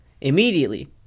Immediately